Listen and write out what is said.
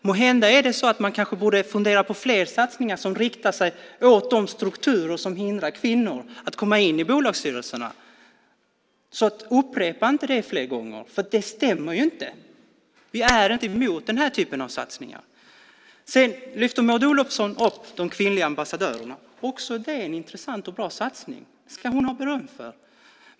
Måhända borde man fundera på fler satsningar som riktar sig mot de strukturer som hindrar kvinnor att komma in i bolagsstyrelserna. Upprepa inte detta fler gånger, för det stämmer inte. Vi är inte emot den här typen av satsningar. Sedan lyfter Maud Olofsson upp de kvinnliga ambassadörerna. Också det är en intressant och bra satsning. Det ska hon ha beröm för.